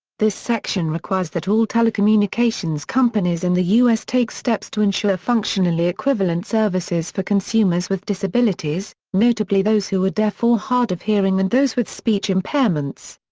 this section requires that all telecommunications companies in the u s. take steps to ensure functionally equivalent services for consumers with disabilities, notably those who are deaf or hard of hearing and those with speech impairments.